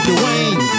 Dwayne